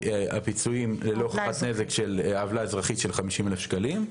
הפיצויים ללא הוכחת נזק של עוולה אזרחית בסך 50 אלף שקלים.